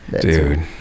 dude